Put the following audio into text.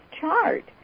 chart